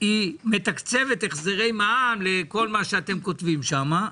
מתקצבת החזרי מע"מ לכל מה שאתם כותבים שם,